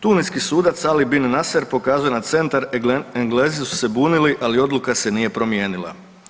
Tuniski sudac Ali Bin Naser pokazao je na centar, Englezi su se bunili, ali odluka se nije promijenila.